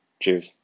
Cheers